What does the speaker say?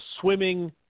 swimming